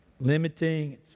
Limiting